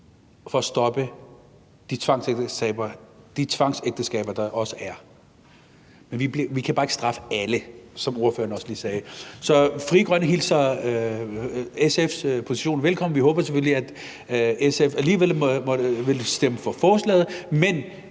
for at stoppe de tvangsægteskaber, der også er. Men vi kan bare ikke straffe alle, som ordføreren også lige sagde. Så Frie Grønne hilser SF's position velkommen, og vi håber selvfølgelig, at SF alligevel vil stemme for forslaget.